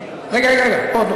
רגע, רגע, רגע.